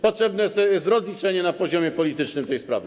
Potrzebne jest rozliczenie na poziomie politycznym tej sprawy.